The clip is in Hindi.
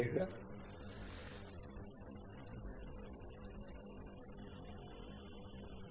तो किस तरीके से हम संयुक्त राष्ट्र द्वारा निर्धारित की गई कुंजी के रूप में लैंगिक न्याय कैसे प्राप्त कर सकते हैं